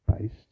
based